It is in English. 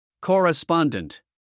Correspondent